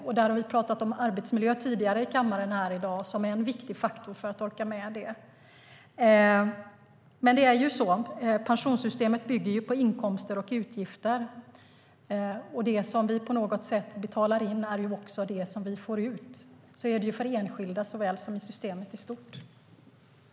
Vi har pratat om arbetsmiljö tidigare i kammaren i dag, och det är en viktig faktor för att orka med detta.